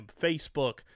facebook